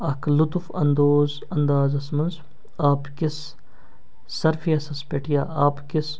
اَکھ لُطف انٛدوٗز انٛدازَس منٛز آبہٕ کِس سرفیسَس پٮ۪ٹھ یا آبہٕ کِس